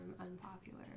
unpopular